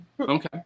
okay